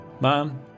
Mom